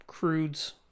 Crudes